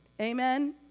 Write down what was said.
Amen